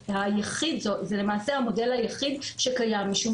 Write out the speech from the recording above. זה למעשה המודל היחיד שקיים משום